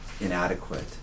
inadequate